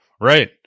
Right